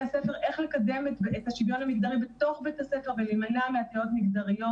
הספר איך לקדם את השוויון המגדרי בתוך בית הספר ולהימנע מאפליות מגדריות.